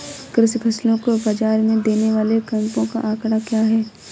कृषि फसलों को बाज़ार में देने वाले कैंपों का आंकड़ा क्या है?